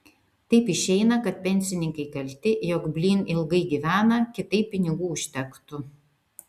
taip išeina kad pensininkai kalti jog blyn ilgai gyvena kitaip pinigų užtektų